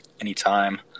anytime